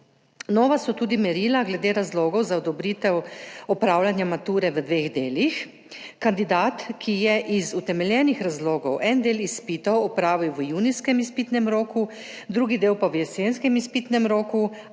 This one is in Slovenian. Nova so tudi merila glede razlogov za odobritev opravljanja mature v dveh delih. Kandidatu, ki je iz utemeljenih razlogov en del izpitov opravil v junijskem izpitnem roku, drugi del pa v jesenskem izpitnem roku